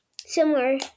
similar